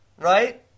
right